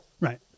Right